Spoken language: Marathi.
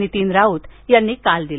नितिन राऊत यांनी काल दिले